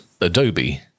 Adobe